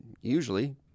Usually